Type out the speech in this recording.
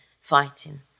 fighting